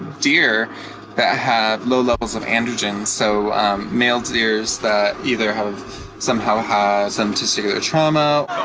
deer that have low levels of androgens. so male deer that either have somehow had some testicular trauma,